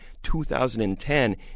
2010